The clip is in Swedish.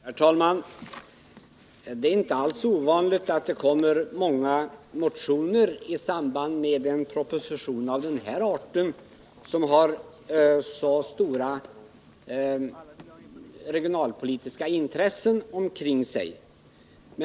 Herr talman! Det är inte alls ovanligt att det väckts många motioner med anledning av en proposition av den här arten, där det finns så starka regionalpolitiska intressen.